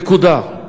נקודה.